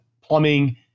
plumbing